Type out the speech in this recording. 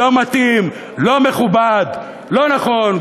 לא מתאים, לא מכובד, לא נכון.